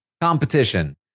competition